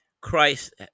christ